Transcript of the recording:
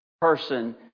person